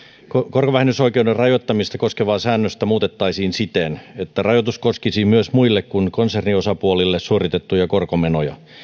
korkovähennysoikeuden rajoittamista koskevaa säännöstä muutettaisiin siten että rajoitus koskisi myös muille kuin konserniosapuolille suoritettuja korkomenoja